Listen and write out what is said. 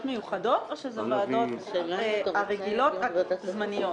מיוחדות או אלה הוועדות הרגילות הזמניות?